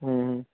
ہوں